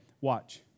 watch